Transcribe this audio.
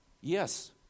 yes